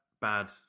bad